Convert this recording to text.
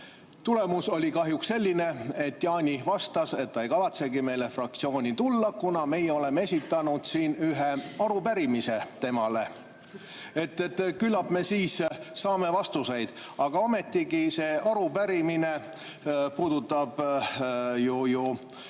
Tulemus oli kahjuks selline, et Jaani vastas, et ta ei kavatsegi meile fraktsiooni tulla, kuna meie oleme esitanud siin ühe arupärimise temale ja küllap me siis saame vastused. Aga ometigi see arupärimine puudutab ju